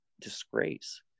disgrace